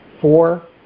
Four